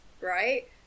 right